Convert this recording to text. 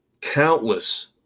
countless